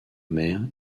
mer